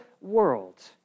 world